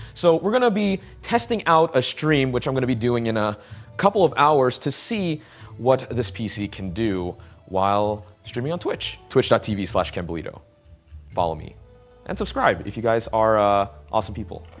so we're going to be testing out a stream, which i'm going to be doing in a couple of hours to see what this pc can do while streaming on twitch, twitch tv so kenbolido follow me and subscribe if you guys are ah awesome people.